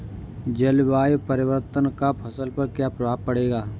जलवायु परिवर्तन का फसल पर क्या प्रभाव पड़ेगा?